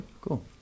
Cool